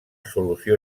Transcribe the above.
solució